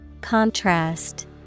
contrast